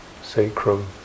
sacrum